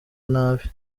nabi